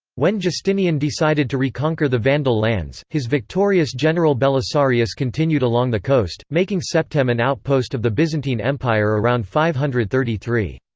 when justinian decided to reconquer the vandal lands, his victorious general belisarius continued along the coast, making septem an outpost of the byzantine empire around five hundred and thirty three.